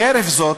חרף זאת,